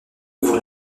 ouvre